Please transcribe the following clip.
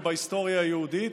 ובהיסטוריה היהודית,